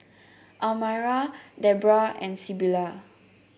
Almyra Debroah and Sybilla